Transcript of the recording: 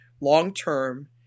long-term